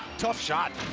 tough shot.